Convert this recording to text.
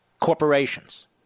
corporations